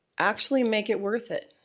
actually make it worth it?